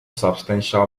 substantial